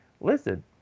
listen